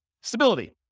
Stability